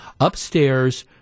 Upstairs